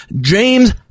James